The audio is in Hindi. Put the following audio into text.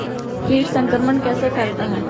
कीट संक्रमण कैसे फैलता है?